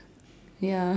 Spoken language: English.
ya